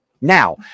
now